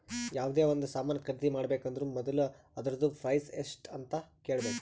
ಯಾವ್ದೇ ಒಂದ್ ಸಾಮಾನ್ ಖರ್ದಿ ಮಾಡ್ಬೇಕ ಅಂದುರ್ ಮೊದುಲ ಅದೂರ್ದು ಪ್ರೈಸ್ ಎಸ್ಟ್ ಅಂತ್ ಕೇಳಬೇಕ